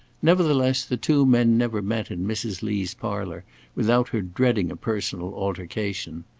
nevertheless the two men never met in mrs. lee's parlour without her dreading a personal altercation.